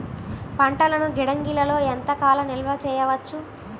పంటలను గిడ్డంగిలలో ఎంత కాలం నిలవ చెయ్యవచ్చు?